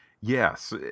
Yes